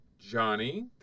Johnny